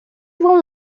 one